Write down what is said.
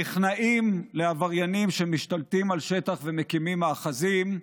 נכנעים לעבריינים שמשתלטים על שטח ומקימים מאחזים,